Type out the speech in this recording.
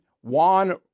Juan